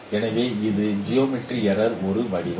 எனவே இது வடிவியல் பிழையின் ஒரு வடிவம்